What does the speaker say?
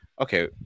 okay